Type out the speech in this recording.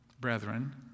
brethren